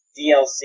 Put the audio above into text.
DLC